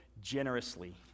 generously